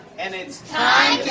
and it's time